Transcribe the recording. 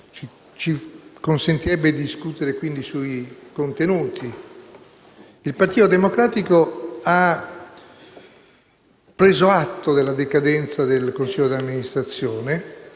sull'attività della società e quindi sui contenuti. Il Partito Democratico ha preso atto della decadenza del consiglio d'amministrazione